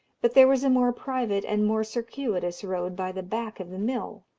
but there was a more private and more circuitous road by the back of the mill.